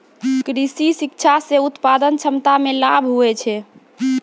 कृषि शिक्षा से उत्पादन क्षमता मे लाभ हुवै छै